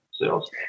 sales